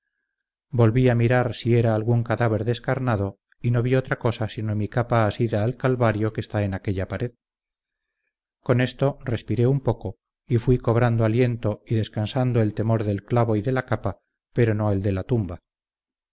volví a mirar si era algún cadáver descarnado y no vi otra cosa sino mi capa asida al calvario que está en aquella pared con esto respiré un poco y fuí cobrando aliento y descansando el temor del clavo y de la capa pero no el de la tumba